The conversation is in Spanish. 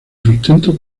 sustento